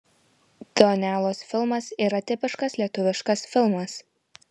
donelos filmas yra tipiškas lietuviškas filmas